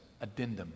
addendum